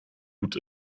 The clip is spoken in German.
gut